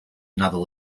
another